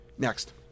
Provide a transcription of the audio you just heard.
Next